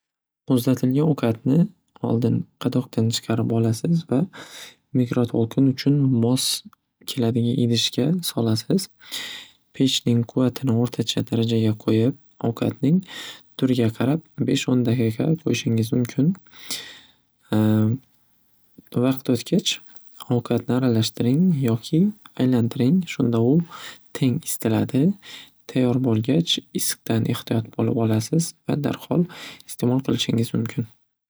Muzlatilgan ovqatni oldin qadoqdan chiqarib olasiz va mikratolqin uchun mos keladigan idishga solasiz. Pechning quvvatini o'rtacha darajaga qo'yib, ovqatning turiga qarab besh o'n daqiqa qo'yishingiz mumkin. Vaqt o'tgach ovqatni aralashtiring yoki aylantiring. Shunda u teng isitiladi. Tayyor bo'lgach issiqdan ehtiyot bo'lib olasiz va darhol iste'mol qilishingiz mumkin.